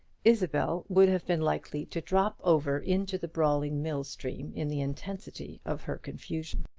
isabel would have been likely to drop over into the brawling mill-stream in the intensity of her confusion.